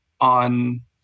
on